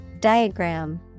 Diagram